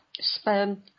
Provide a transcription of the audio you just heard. sperm